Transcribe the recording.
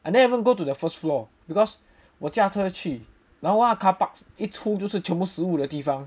I never even go to the first floor because 我驾车去然后那个 car park 一出就是全部食物的地方